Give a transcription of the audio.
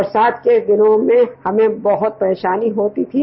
बरसात के दिनों में हमें बहुत परेशानी होती थी